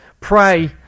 Pray